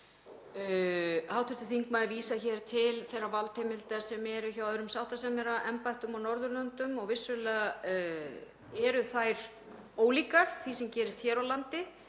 Hv. þingmaður vísar hér til þeirra valdheimilda sem eru hjá öðrum sáttasemjaraembættum á Norðurlöndum og vissulega eru þær ólíkar því sem gerist hér á landi.